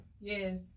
Yes